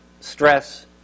stress